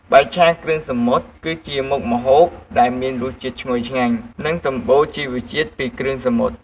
បាយឆាគ្រឿងសមុទ្រ គឺជាមុខម្ហូបដែលមានរសជាតិឈ្ងុយឆ្ងាញ់ និងសម្បូរជីវជាតិពីគ្រឿងសមុទ្រ។